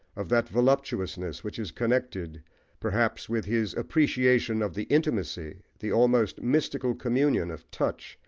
of that voluptuousness, which is connected perhaps with his appreciation of the intimacy, the almost mystical communion of touch,